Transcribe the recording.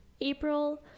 April